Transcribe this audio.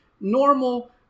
normal